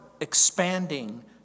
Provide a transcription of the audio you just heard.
expanding